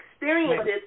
experiences